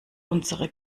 unsere